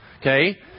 okay